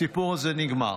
הסיפור הזה נגמר.